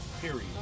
period